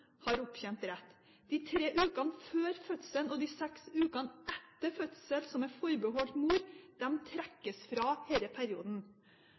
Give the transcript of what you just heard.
har opptjent rett. De tre ukene før fødselen og de seks ukene etter fødselen, som er forbeholdt mor, trekkes fra denne perioden.